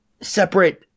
separate